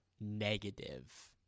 negative